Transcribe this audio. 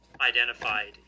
identified